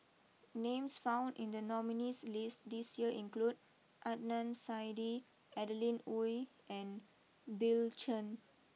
names found in the nominees list this year include Adnan Saidi Adeline Ooi and Bill Chen